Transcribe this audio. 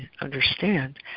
understand